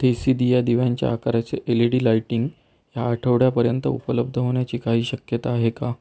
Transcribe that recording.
देसीदिया दिव्यांच्या आकाराचे L E D lighting ह्या आठवड्यापर्यंत उपलब्ध होण्याची काही शक्यता आहे का